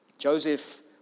Joseph